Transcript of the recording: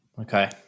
Okay